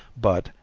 but,